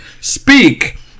Speak